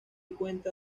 cuenta